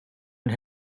and